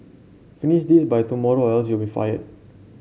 finish this by tomorrow or else you'll be fire